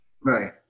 Right